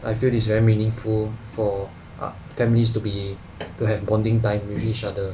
I feel this very meaningful for families to be to have bonding time with each other